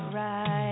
right